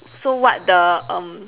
so what the um